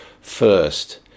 first